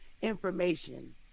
information